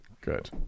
good